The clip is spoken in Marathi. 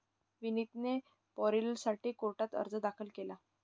विनीतने पॅरोलसाठी कोर्टात अर्ज दाखल केला